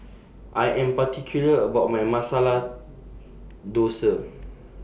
I Am particular about My Masala Dosa